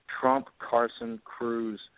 Trump-Carson-Cruz